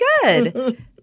good